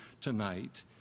tonight